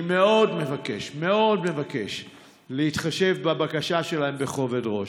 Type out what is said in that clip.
אני מאוד מבקש להתחשב בבקשה שלהם בכובד ראש.